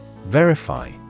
Verify